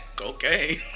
Okay